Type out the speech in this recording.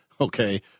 okay